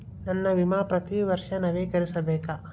ನನ್ನ ವಿಮಾ ಪ್ರತಿ ವರ್ಷಾ ನವೇಕರಿಸಬೇಕಾ?